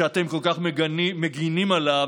שאתם כל כך מגינים עליו,